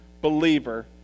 believer